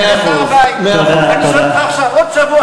למה אתה חוזר על ההטעיה הזו של הציבור?